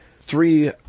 three